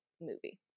movie